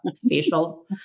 facial